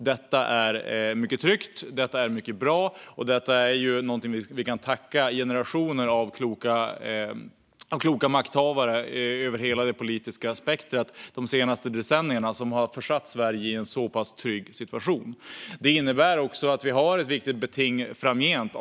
Det känns tryggt och bra, och vi kan tacka de senaste generationernas kloka makthavare över hela det politiska spektrumet för att Sverige är i en så pass trygg situation. Det innebär också att vi har ett viktigt beting framgent.